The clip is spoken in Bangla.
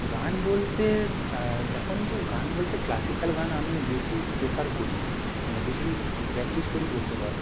গান বলতে এখন তো গান বলতে ক্লাসিকাল গান আমি বেশি প্রেফার র করি মানে বেশি প্র্যাকটিস করি বলতে পারো